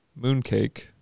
Mooncake